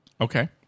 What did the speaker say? Okay